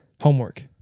Homework